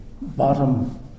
bottom